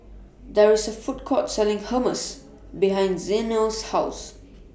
There IS A Food Court Selling Hummus behind Zeno's House